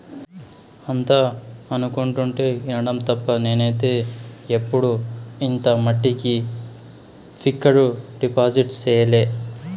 అంతా అనుకుంటుంటే ఇనడం తప్ప నేనైతే ఎప్పుడు ఇంత మట్టికి ఫిక్కడు డిపాజిట్ సెయ్యలే